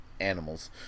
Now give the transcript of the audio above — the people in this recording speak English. animals